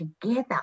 together